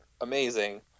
amazing